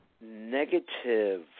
negative